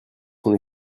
son